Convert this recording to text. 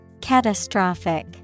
Catastrophic